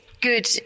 good